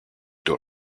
toi